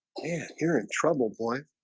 yeah, you're in trouble boy